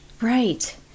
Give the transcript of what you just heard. Right